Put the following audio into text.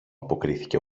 αποκρίθηκε